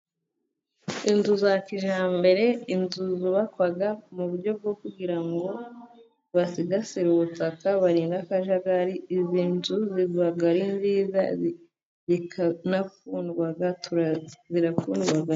Inzu za kijyambere, inzu zubakwa mu buryo bwo kugira ngo basigasire ubutaka, barinde akajagari. Izi nzu ziba ari nziza, ziranakundwa.